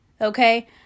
okay